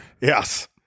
Yes